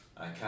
Okay